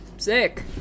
sick